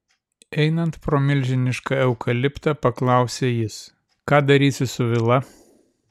einant pro milžinišką eukaliptą paklausė jis ką darysi su vila